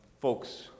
folks